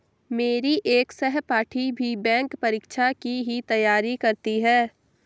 मेरी एक सहपाठी भी बैंक परीक्षा की ही तैयारी करती है